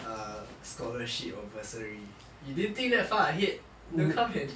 a scholarship or bursary you didn't think that far ahead don't come and